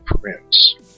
prince